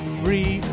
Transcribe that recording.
free